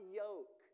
yoke